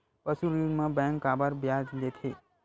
पशु ऋण म बैंक काबर ब्याज लेथे?